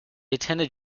attended